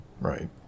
right